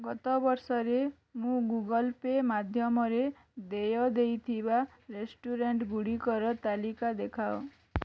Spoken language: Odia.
ଗତ ବର୍ଷରେ ମୁଁ ଗୁଗଲ୍ ପେ ମାଧ୍ୟମରେ ଦେୟ ଦେଇଥିବା ରେଷ୍ଟୁରାଣ୍ଟ୍ଗୁଡ଼ିକର ତାଲିକା ଦେଖାଅ